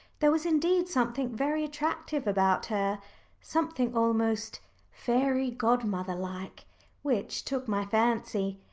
there was indeed something very attractive about her something almost fairy-godmother-like which took my fancy.